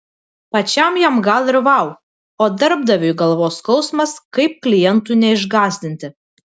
pačiam jam gal ir vau o darbdaviui galvos skausmas kaip klientų neišgąsdinti